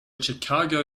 chicago